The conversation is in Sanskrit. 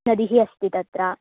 नदी अस्ति तत्र